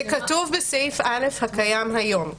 זה כתוב בסעיף א' הקיים היום.